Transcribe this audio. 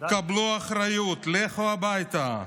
קבלו אחריות, לכו הביתה,